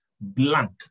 blank